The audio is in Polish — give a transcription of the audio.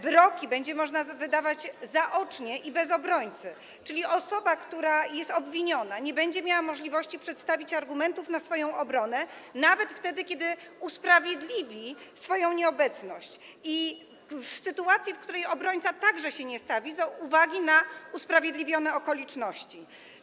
Wyroki będzie można wydawać zaocznie i bez obrońcy, czyli osoba, która jest obwiniona, nie będzie miała możliwości przedstawić argumentów na swoją obronę nawet wtedy, kiedy usprawiedliwi swoją nieobecność, również w sytuacji, w której obrońca także się nie stawi z uwagi na usprawiedliwione okoliczności.